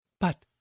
But